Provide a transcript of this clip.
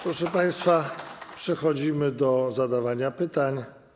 Proszę państwa, przechodzimy do zadawania pytań.